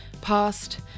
past